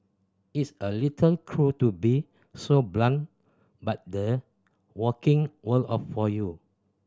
it's a little cruel to be so blunt but the working world up for you